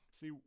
See